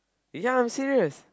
ya I'm serious